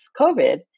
COVID